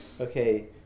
Okay